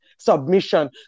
submission